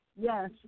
Yes